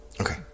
Okay